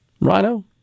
Rhino